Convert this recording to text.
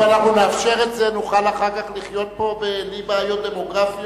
אם נאפשר את זה נוכל אחר כך לחיות פה כולנו יחד בלי בעיות דמוגרפיות.